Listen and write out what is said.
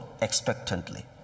expectantly